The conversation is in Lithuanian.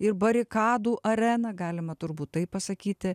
ir barikadų areną galima turbūt taip pasakyti